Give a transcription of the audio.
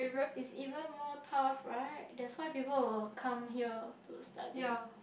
is even more tough right that's why people will come here to study